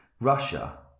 Russia